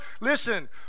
Listen